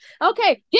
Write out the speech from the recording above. Okay